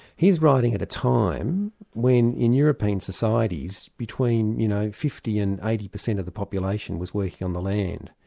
he's writing at a time when in european societies between you know fifty percent and eighty percent of the population was working on the land.